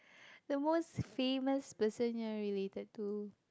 the most famous person you are related to